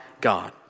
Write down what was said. God